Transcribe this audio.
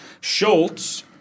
Schultz